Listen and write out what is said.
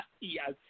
Yes